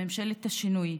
לממשלת השינוי,